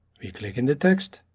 click in the text.